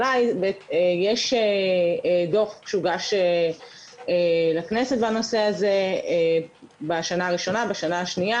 יש דו"ח שהוגש לכנסת בנושא בשנה הראשונה ובשנה השנייה